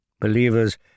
Believers